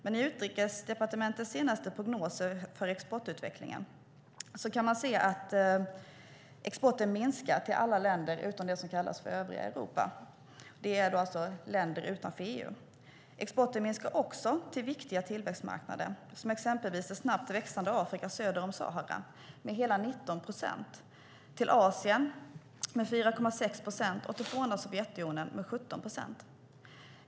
Men i Utrikesdepartementets senaste prognoser för exportutvecklingen kan man se att exporten minskar till alla länder utom till det som kallas för övriga Europa, alltså länder utanför EU. Exporten minskar också till viktiga tillväxtmarknader, till exempel till det snabbt växande Afrika söder om Sahara med hela 19 procent, till Asien med 4,6 procent och till forna Sovjetunionen med 17 procent.